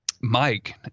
mike